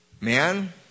Man